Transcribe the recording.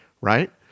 Right